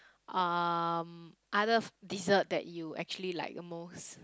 um other dessert that you actually like the most